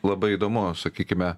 labai įdomu sakykime